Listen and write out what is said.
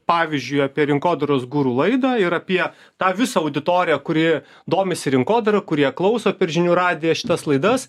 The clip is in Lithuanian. pavyzdžiui apie rinkodaros guru laidą ir apie tą visą auditoriją kuri domisi rinkodara kurie klauso per žinių radiją šitas laidas